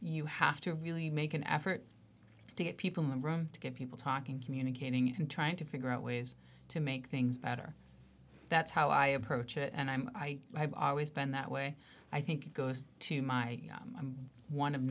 you have to really make an effort to get people in the room to get people talking communicating and trying to figure out ways to make things better that's how i approach it and i'm i have always been that way i think it goes to my i'm one of